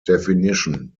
definition